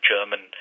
German